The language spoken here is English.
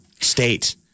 State